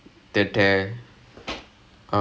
fracture fracture I guess